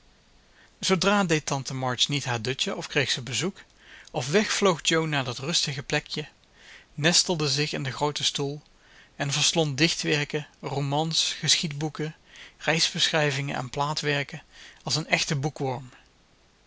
zoodra deed tante march niet haar dutje of kreeg ze bezoek of weg vloog jo naar dat rustige plekje nestelde zich in den grooten stoel en verslond dichtwerken romans geschiedboeken reisbeschrijvingen en plaatwerken als een echte